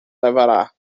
levará